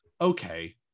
okay